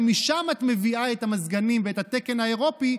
שמשם את מביאה את המזגנים ואת התקן האירופי,